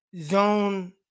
zone